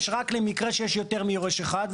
רק במקרה שיש יותר מיורש אחד.